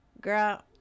girl